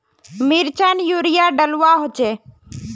मिर्चान यूरिया डलुआ होचे?